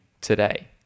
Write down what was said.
today